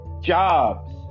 jobs